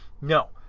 No